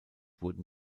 wurden